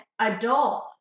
adult